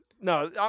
No